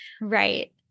Right